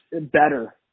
better